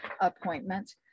appointment